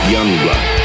Youngblood